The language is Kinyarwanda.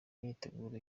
myiteguro